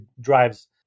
drives